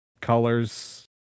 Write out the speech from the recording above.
Colors